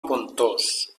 pontós